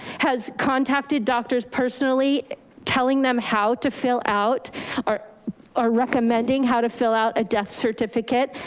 has contacted doctors personally telling them how to fill out are are recommending how to fill out a death certificate.